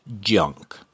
junk